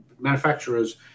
manufacturers